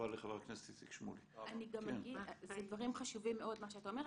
אלה דברים חשובים מאוד מה שאתה אומר.